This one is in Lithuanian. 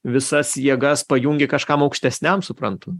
visas jėgas pajungi kažkam aukštesniam suprantu